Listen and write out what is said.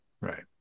right